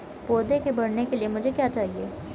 पौधे के बढ़ने के लिए मुझे क्या चाहिए?